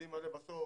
העובדים האלה בסוף,